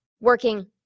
working